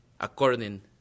according